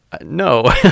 No